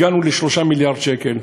הגענו ל-3 מיליארד שקל,